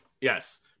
yes